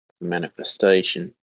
manifestation